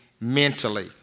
mentally